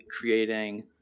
creating